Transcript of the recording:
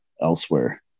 elsewhere